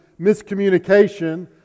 miscommunication